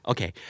Okay